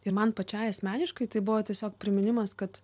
ir man pačiai asmeniškai tai buvo tiesiog priminimas kad